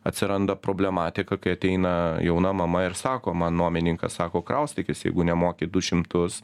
atsiranda problematika kai ateina jauna mama ir sako man nuomininkas sako kraustykis jeigu nemoki du šimtus